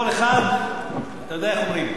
כל אחד, אתה יודע איך אומרים,